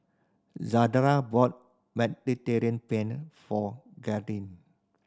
bought Mediterranean Penne for Grayling